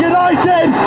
United